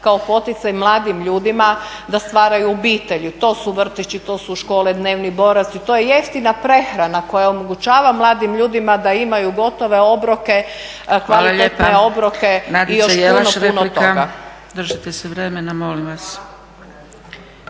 kao poticaj mladim ljudima da stvaraju obitelji. To su vrtići, to su škole, dnevni boravci, to je jeftina prehrana koja omogućava mladim ljudima da imaju gotove obroke, kvalitetne obroke i još puno, puno toga.